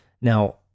Now